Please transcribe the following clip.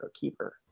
keeper